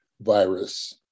virus